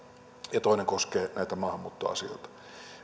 ja toinen koskee näitä maahanmuuttoasioita